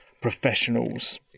professionals